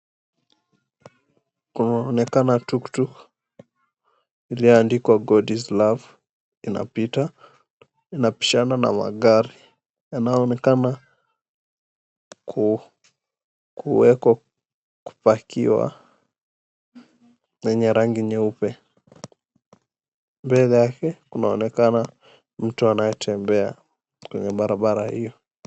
Kunaonekana tuktuk iliyoandikwa, God is love, inapita. Inapishana na magari yanayoonekana kuweko kupakiwa, yenye rangi nyeupe. Mbele yake kunaonekana mtu anayetembea kwenye barabara hiyo.